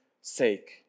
sake